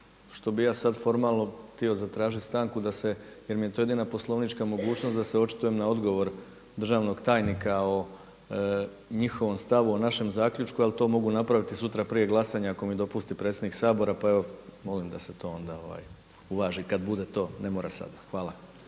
što bi ja sada formalno htio zatražiti stanku da se jel mi je to jedina poslovnička mogućnost da se očitujem na odgovor državnog tajnika o njihovom stavu o našem zaključku al to mogu napraviti sutra prije glasanja ako mi dopusti predsjednik Sabora pa evo molim da se to uvaži kada bude to, ne mora sad. Hvala.